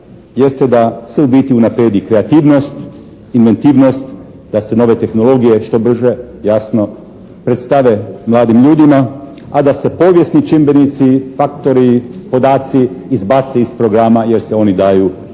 jeste da se u biti unaprijedi kreativnost, inventivnost, da se nove tehnologije što brže jasno predstave mladim ljudima a da se povijesni čimbenici, faktori, podaci izbace iz programa jer se oni daju na